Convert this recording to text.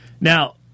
Now